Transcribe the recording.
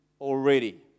already